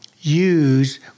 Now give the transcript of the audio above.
use